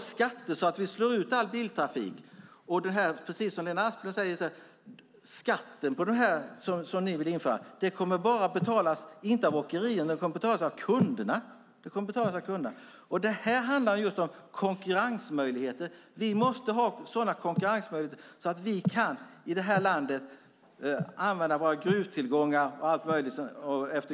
Skatten som ni vill införa kommer, precis som Lena Asplund säger, bara att betalas av kunderna och inte av åkerierna. Det här handlar just om konkurrensmöjligheter. Vi måste ha sådana konkurrensmöjligheter att vi i det här landet kan använda våra gruvtillgångar, utefter kusten trä och så vidare.